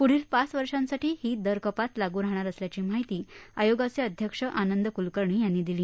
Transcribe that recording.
प्ढील पाच वर्षांसाठी ही दर कपात लागू राहणार असल्याची माहिती आयोगाचे अध्यक्ष आनंद क्लकर्णी यांनी दिली